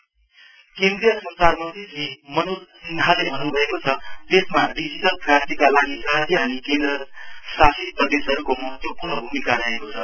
digital केन्द्रीय संचार मन्त्री श्री मनोज सिन्हाले भन्न्भएको छ देशमा डिजीटल क्रान्तिका लागि राज्य अनि केन्द्र शासित प्रदेशहरुको सहत्वपूर्ण भूमिका रहेको छ